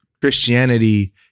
Christianity